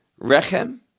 rechem